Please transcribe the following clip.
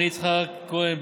אני יצחק כהן,